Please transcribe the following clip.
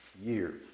years